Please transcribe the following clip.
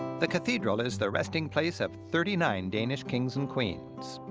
the cathedral is the resting place of thirty nine danish kings and queens.